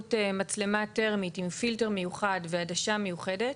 באמצעות מצלמה טרמית עם פילטר מיוחד ועדשה מיוחדת.